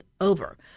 over